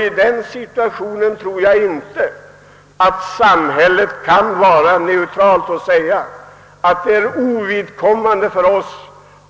I detta läge tror jag inte att samhället kan vara neutralt och säga: »Det är ovidkommande om